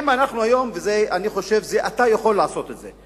אני חושב שאתה יכול לעשות את זה,